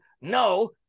no